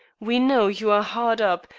we know you are hard up,